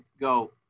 go